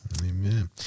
Amen